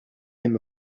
him